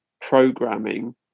programming